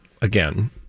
again